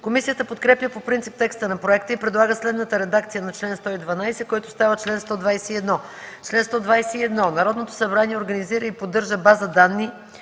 Комисията подкрепя по принцип текста на проекта и предлага следната редакция на чл. 112, който става чл. 121: „Чл. 121. Народното събрание организира и поддържа база данни